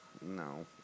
No